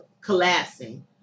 collapsing